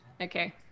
Okay